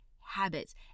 habits